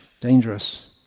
dangerous